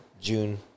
June